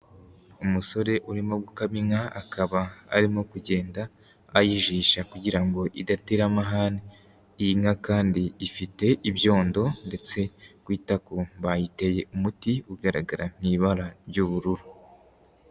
Umusore urimo gukama inka, akaba arimo kugenda ayijisha kugira ngo idatera amahane, iyi nka kandi ifite ibyondo, ndetse ku itako bayiteye umuti ugaragara nk'ibara ry'ubururu.